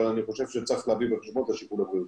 אבל אני חושב שצריך להביא בחשבון את השיקול הבריאותי.